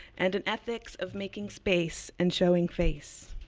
and an ethics of making space and showing face.